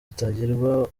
zitangirwa